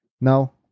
No